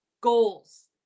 goals